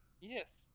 yes